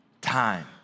time